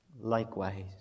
likewise